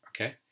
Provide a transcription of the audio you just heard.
okay